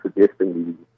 suggesting